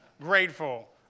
grateful